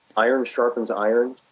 iron sharpens iron.